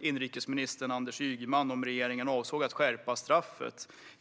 inrikesministern, Anders Ygeman, huruvida regeringen avsåg att skärpa straffet.